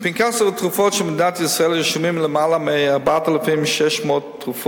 בפנקס התרופות של מדינת ישראל רשומות למעלה מ-4,600 תרופות,